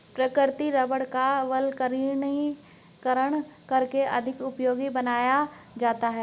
प्राकृतिक रबड़ का वल्कनीकरण करके अधिक उपयोगी बनाया जाता है